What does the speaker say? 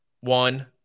one